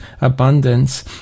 abundance